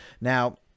Now